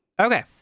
Okay